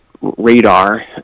radar